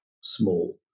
small